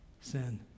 Sin